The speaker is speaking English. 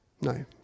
No